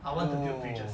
I want to build bridges